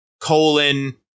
colon